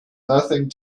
nothing